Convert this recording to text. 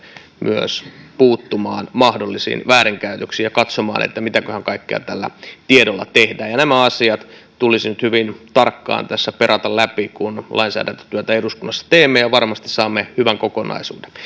myös puuttumaan mahdollisiin väärinkäytöksiin ja katsomaan mitäköhän kaikkea tällä tiedolla tehdään nämä asiat tulisi nyt hyvin tarkkaan tässä perata läpi kun lainsäädäntötyötä eduskunnassa teemme ja ja varmasti saamme hyvän kokonaisuuden